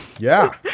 yeah.